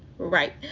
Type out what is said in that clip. right